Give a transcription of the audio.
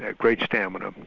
ah great stamina,